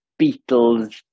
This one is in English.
Beatles